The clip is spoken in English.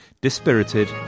dispirited